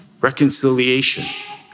reconciliation